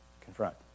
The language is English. confront